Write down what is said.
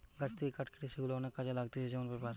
গাছ থেকে কাঠ কেটে সেগুলা অনেক কাজে লাগতিছে যেমন পেপার